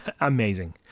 amazing